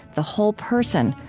the whole person,